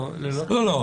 לא.